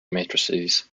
matrices